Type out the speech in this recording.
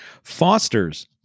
Foster's